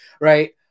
right